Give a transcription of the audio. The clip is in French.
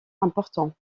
important